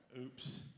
oops